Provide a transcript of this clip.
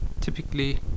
typically